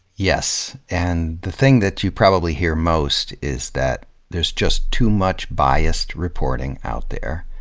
yes. and the thing that you probably hear most is that there's just too much biased reporting out there,